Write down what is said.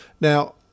Now